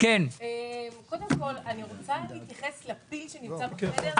אני רוצה להתייחס לפיל שנמצא בחדר.